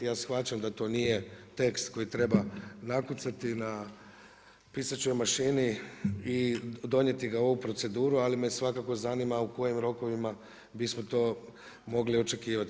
Ja shvaćam da to nije tekst koji treba nakucati na pisaćoj mašini i donijeti ga u ovu proceduru ali me svakako zanima u kojim rokovima bismo to mogli očekivati.